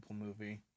movie